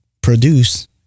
Produce